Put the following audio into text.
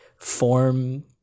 form